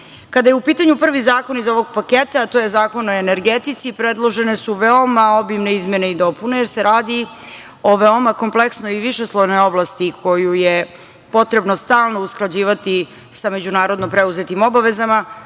ja. Kada je u pitanju prvi zakon iz ovog paketa, a to je Zakon o energetici, predložene su veoma obimne izmene i dopune, jer se radi o veoma kompleksnoj i višeslojnoj oblasti koju je potrebno stalno usklađivati sa međunarodno preuzetim obavezama.